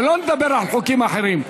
ולא שנדבר על חוקים אחרים.